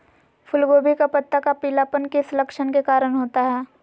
फूलगोभी का पत्ता का पीलापन किस लक्षण के कारण होता है?